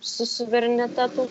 su suverenitetu